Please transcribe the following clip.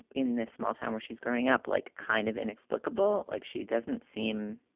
in this small town where she's growing up, like kind of inexplicable, like she doesn't seem.